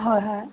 ꯍꯣꯏ ꯍꯣꯏ